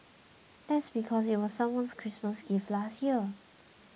that's because it was someone's Christmas gift last year